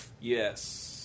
Yes